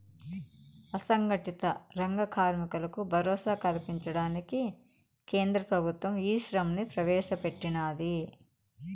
అసంగటిత రంగ కార్మికులకు భరోసా కల్పించడానికి కేంద్ర ప్రభుత్వం ఈశ్రమ్ ని ప్రవేశ పెట్టినాది